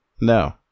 No